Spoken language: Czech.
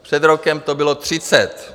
Před rokem to bylo 30.